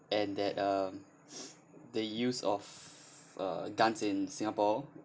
and that um the use of uh guns in singapore